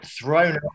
thrown